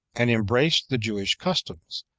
and embraced the jewish customs,